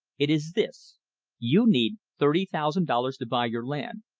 it is this you need thirty thousand dollars to buy your land.